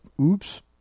Oops